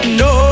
no